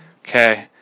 okay